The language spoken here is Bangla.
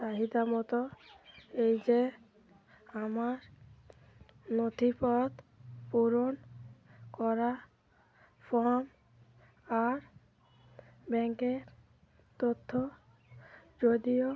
চাহিদা মতো এই যে আমার নথিপত্র পূরণ করা ফম আর ব্যাঙ্কের তথ্য যদিও